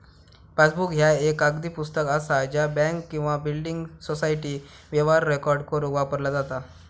passbook ह्या एक कागदी पुस्तक असा ज्या बँक किंवा बिल्डिंग सोसायटी व्यवहार रेकॉर्ड करुक वापरला जाता